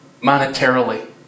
Monetarily